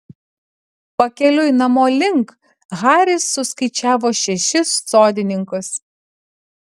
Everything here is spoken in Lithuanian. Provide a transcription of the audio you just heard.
pakeliui namo link haris suskaičiavo šešis sodininkus